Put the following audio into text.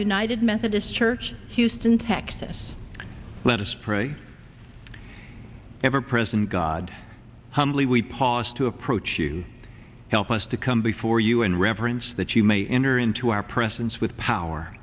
united methodist church houston texas let us pray ever present god humbly we pause to approach you help us to come before you and reverence that you may enter into our presence with power